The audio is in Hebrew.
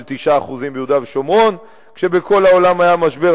9% ביהודה ושומרון כשבכל העולם היה משבר,